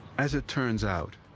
as it turns out,